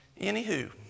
Anywho